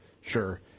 sure